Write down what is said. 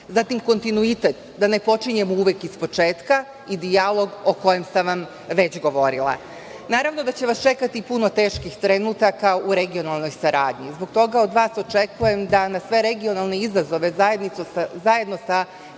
Zatim, kontinuitet, da ne počinjemo uvek ispočetka, i dijalog, o kojem sam vam već govorila. Naravno da će vas čekati puno teških trenutaka u regionalnoj saradnji. Zbog toga od vas očekujem da na sve regionalne izazove, zajedno sa